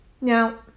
Now